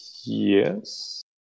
Yes